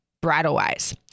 bridal-wise